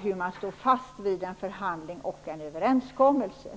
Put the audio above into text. hur man står fast vid en förhandling och en överenskommelse.